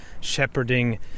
shepherding